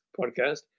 podcast